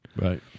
Right